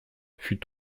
fut